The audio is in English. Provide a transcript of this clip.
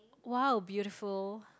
!wow! beautiful